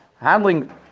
handling